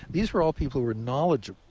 these were all people who were knowledgeable